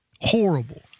Horrible